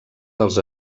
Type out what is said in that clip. dels